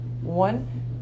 One